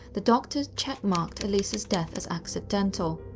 the doctors checkmarked elisa's death as accidental.